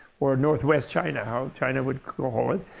or northwest china, how china would call it.